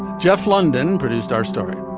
jeff london produced our story